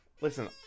listen